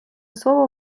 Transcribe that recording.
слово